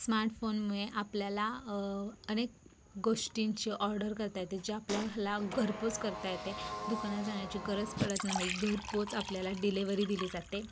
स्मार्टफोनमुळे आपल्याला अनेक गोष्टींची ऑर्डर करता येते जे आपल्याला घरपोच करता येते दुकानात जाण्याची गरज पडत नाही घरपोच आपल्याला डिलेवरी दिली जाते